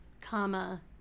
comma